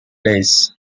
days